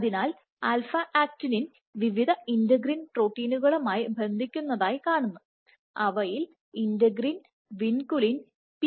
അതിനാൽ alpha actinin α actininവിവിധ integrin പ്രോട്ടീനുകളുമായി ബന്ധിക്കുന്നതായി കാണുന്നു അവയിൽ ഇന്റഗ്രിൻ വിൻകുലിൻ പി